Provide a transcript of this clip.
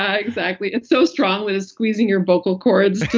yeah exactly. it's so strong when it's squeezing your vocal cords